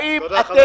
האם אתם,